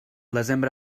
desembre